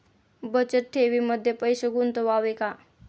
बचत ठेवीमध्ये पैसे गुंतवावे का?